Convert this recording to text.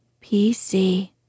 PC